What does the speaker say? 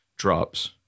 Drops